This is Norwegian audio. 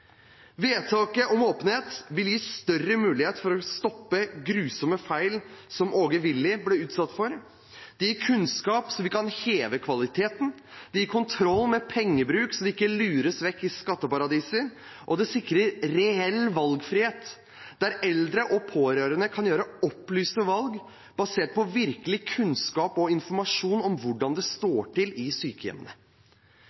Vedtaket om åpenhet gir større muligheter for å stoppe grusomme feil som Åge Villi ble utsatt for. Det gir kunnskap, så vi kan heve kvaliteten, det gir kontroll med pengebruk, så det ikke lures vekk i skatteparadiser, og det sikrer reell valgfrihet, der eldre og pårørende kan gjøre opplyste valg basert på virkelig kunnskap og informasjon om hvordan det